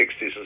60s